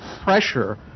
pressure